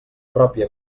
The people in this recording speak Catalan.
pròpia